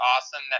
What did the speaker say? awesome